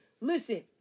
Listen